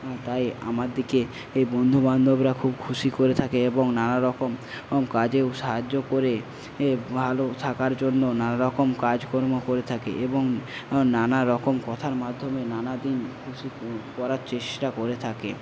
তাই আমাদিকে এই বন্ধুবান্ধবরা খুব খুশি করে থাকে এবং নানারকম কাজেও সাহায্য করে ভালো থাকার জন্য নানারকম কাজকর্ম করে থাকে এবং নানারকম কথার মাধ্যমে নানা দিন খুশি করার চেষ্টা করে থাকে